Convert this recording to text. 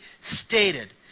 stated